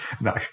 no